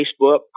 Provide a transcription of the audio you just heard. Facebook